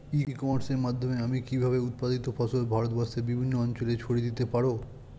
ই কমার্সের মাধ্যমে আমি কিভাবে উৎপাদিত ফসল ভারতবর্ষে বিভিন্ন অঞ্চলে ছড়িয়ে দিতে পারো?